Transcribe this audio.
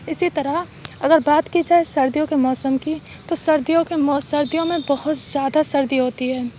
اسی طرح اگر بات کی جائے سردیوں کے موسم کی تو سردیوں کے موس سردیوں میں بہت زیادہ سردی ہوتی ہے